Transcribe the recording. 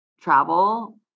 travel